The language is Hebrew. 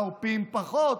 לעורפיים פחות.